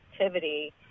activity